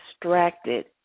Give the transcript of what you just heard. distracted